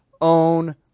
own